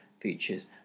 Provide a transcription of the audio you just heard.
features